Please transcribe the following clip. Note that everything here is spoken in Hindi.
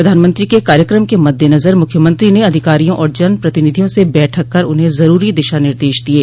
प्रधानमंत्री के कार्यक्रम के मद्देनजर मुख्यमंत्री ने अधिकारियों और जन प्रतिनिधियों से बैठक कर उन्हें ज़रूरी दिशा निर्देश द दिये